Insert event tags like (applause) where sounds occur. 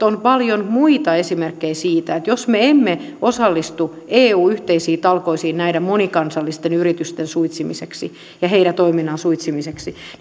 (unintelligible) on paljon muita esimerkkejä siitä että jos me emme osallistu eun yhteisiin talkoisiin näiden monikansallisten yritysten suitsimiseksi ja niiden toiminnan suitsimiseksi niin